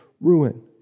ruin